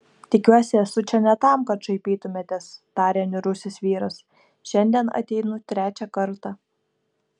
tikiuosi esu čia ne tam kad šaipytumėtės tarė niūrusis vyras šiandien ateinu trečią kartą